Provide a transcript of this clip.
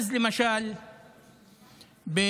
אז למשל בטייבה,